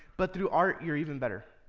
but through art, you're even better.